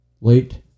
Late